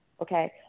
Okay